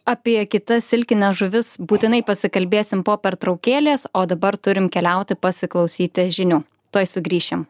apie kitas silkines žuvis būtinai pasikalbėsim po pertraukėlės o dabar turim keliauti pasiklausyti žinių tuoj sugrįšim